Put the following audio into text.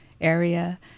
area